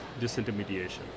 disintermediation